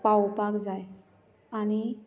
पावोवपाक जाय आनी